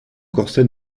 corset